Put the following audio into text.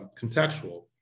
contextual